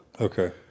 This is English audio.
Okay